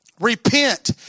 repent